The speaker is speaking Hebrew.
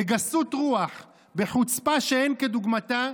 בגסות רוח, בחוצפה שאין כדוגמתה,